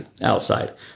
outside